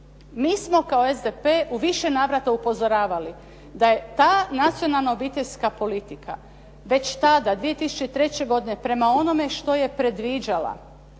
Mi smo kao SDP u više navrata upozoravali da je ta nacionalna obiteljska politika već tada 2003. godine prema onome što je predviđala,